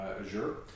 Azure